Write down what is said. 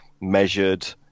measured